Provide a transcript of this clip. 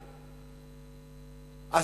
בא לארץ, מסר את החיים שלו למען המדינה.